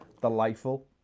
delightful